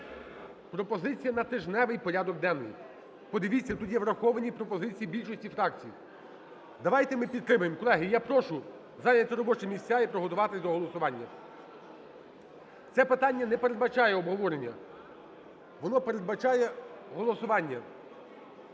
пропозиція на тижневий порядок денний. Подивіться, тут є враховані пропозиції більшості фракцій. Давайте ми підтримаємо. Колеги, я прошу, зайняти робочі місця і приготуватися до голосування. Це питання не передбачає обговорення. Воно передбачає голосування.